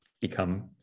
become